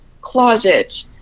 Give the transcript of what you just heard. closet